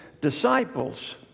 disciples